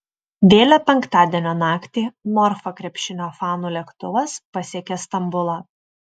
vėlią penktadienio naktį norfa krepšinio fanų lėktuvas pasiekė stambulą